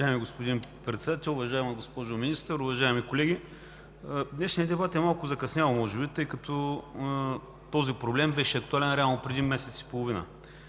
Уважаеми господин председател, уважаема госпожо Министър, уважаеми колеги! Днешният дебат е малко закъснял може би, тъй като този проблем беше актуален реално преди месец и половина.